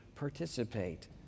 participate